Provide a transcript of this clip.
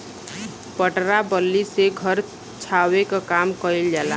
पटरा बल्ली से घर छावे के काम कइल जाला